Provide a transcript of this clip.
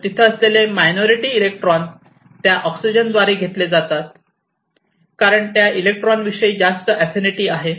तर तिथे असलेले मायनॉरिटी इलेक्ट्रॉन त्या ऑक्सिजनद्वारे घेतले जातात कारण त्या इलेक्ट्रॉन विषयी जास्त अफिनिटी आहे